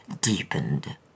deepened